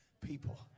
people